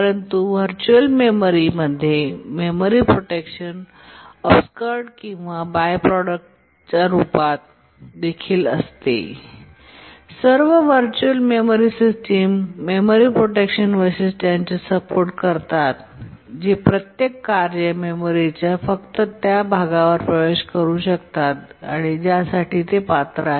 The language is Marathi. परंतु व्हरचूअल मेमरी मध्ये मेमरी प्रोटेक्शन ओब्स्करेड किंवा बाय प्रॉडक्टच्या रूपात देखील असते सर्व virtual memory system memory protection वैशिष्ट्यांचे सपोर्ट करतात जे प्रत्येक कार्य मेमरीच्या फक्त त्या भागावर प्रवेश करू शकतात ज्यासाठी ते पात्र आहे